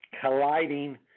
colliding